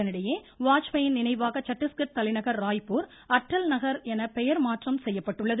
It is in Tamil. இதனிடையே வாஜ்பாயின் நினைவாக சட்டிஸ்கட் தலைநகர் ராய்பூர் அட்டல் நகர் என பெயர் மாற்றம் செய்யப்பட்டுள்ளது